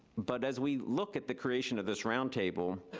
but as we look at the creation of this roundtable,